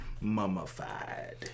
mummified